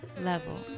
level